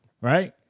right